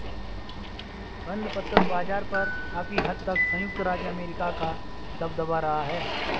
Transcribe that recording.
बंधपत्र बाज़ार पर काफी हद तक संयुक्त राज्य अमेरिका का दबदबा रहा है